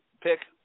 pick